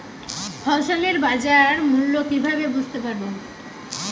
ফসলের বাজার মূল্য কিভাবে বুঝতে পারব?